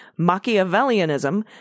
Machiavellianism